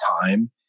time